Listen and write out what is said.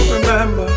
Remember